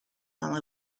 while